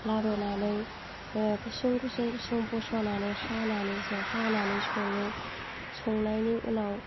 लाबोनानै ओ गुसुं गुसुं बसनानै हानानै सङो संनायनि उनाव